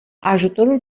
ajutorul